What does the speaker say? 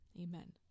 Amen